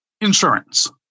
insurance